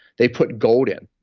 they'd put gold in,